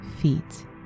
feet